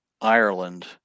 Ireland